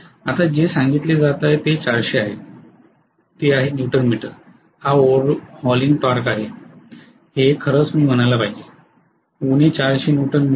आता जे सांगितले जात आहे ते 400 आहे न्यूटन मीटर हा ओव्हर हाउलिंग टॉर्क आहे जे खरंच मी म्हणायला पाहिजे 400 न्यूटन मीटर